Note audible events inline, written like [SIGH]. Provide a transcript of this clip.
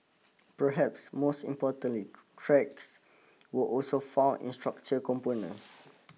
perhaps most importantly cracks [NOISE] were also found in structure component